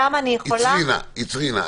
שם אני יכולה --- עצרי נא.